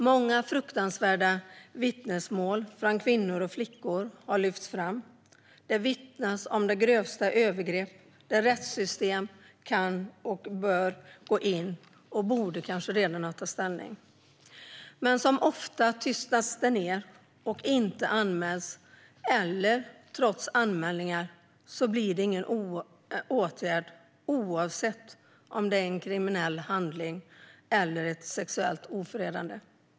Många fruktansvärda vittnesmål från kvinnor och flickor har lyfts fram. Det vittnas om de grövsta övergrepp där rättssystem kan och bör gå in och kanske redan borde ha tagit ställning. Men ofta tystas det ned. Det anmäls inte, eller så blir det trots anmälningar ingen åtgärd, oavsett om det är en kriminell handling eller ett sexuellt ofredande.